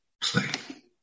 play